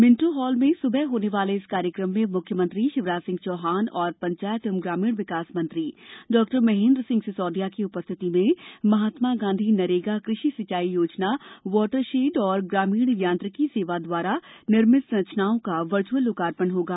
Minto Hall में सुबह होने वाले इस कार्यक्रम में मुख्यमंत्री शिवराज सिंह चौहान और पंचायत एवं ग्रामीण विकास मंत्री डॉ महेंद्र सिंह सिसोदिया की उपस्थिति में महात्मा गाँधी नरेगा कृषि सिंचाई योजना वॉटर शेड और ग्रामीण यांत्रिकी सेवा द्वारा निर्मित संरचनाओं का वर्चुअल लोकार्पण होगा